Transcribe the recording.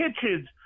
Kitchens